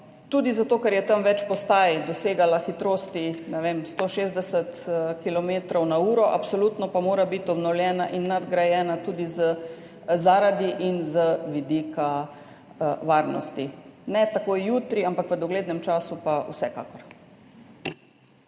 tudi zato, ker je tam več postaj, dosegala hitrosti, ne vem, 160 kilometrov na uro, absolutno pa mora biti obnovljena in nadgrajena tudi zaradi in z vidika varnosti. Ne takoj jutri, ampak v doglednem času pa vsekakor.